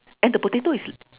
and the potato is